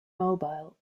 mobile